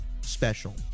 special